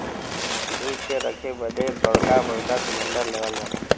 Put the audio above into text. दूध के रखे बदे बड़का बड़का सिलेन्डर लेवल जाला